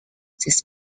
this